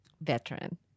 Veteran